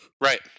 right